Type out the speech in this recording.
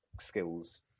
skills